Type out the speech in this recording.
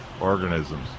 organisms